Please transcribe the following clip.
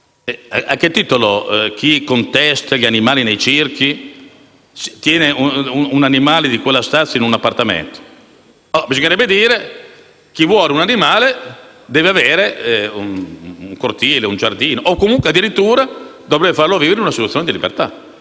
a che titolo chi contesta la presenza degli animali nei circhi tiene un animale di quella stazza in un appartamento. Bisognerebbe dire che chi vuole un animale deve avere un cortile o un giardino o, addirittura, dovrebbe farlo vivere in una situazione di libertà